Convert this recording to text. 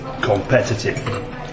Competitive